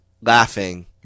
laughing